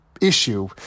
issue